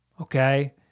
okay